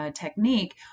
Technique